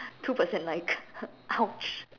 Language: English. two percent like !ouch!